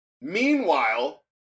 Meanwhile